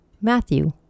Matthew